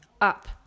up